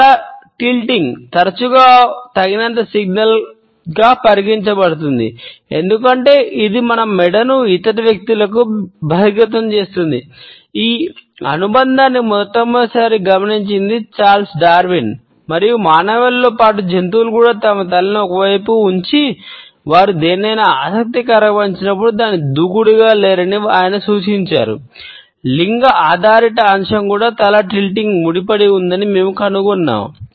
తల టిల్టింగ్ ముడిపడి ఉందని మేము కనుగొన్నాము